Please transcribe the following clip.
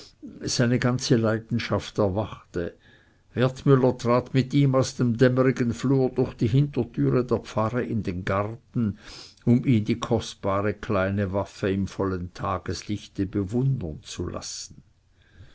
seine ganze leidenschaft erwachte wertmüller trat mit ihm aus dem dämmerigen flur durch die hintertüre der pfarre in den garten um ihn die kostbare kleine waffe im vollen tageslichte bewundern zu lassen